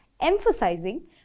emphasizing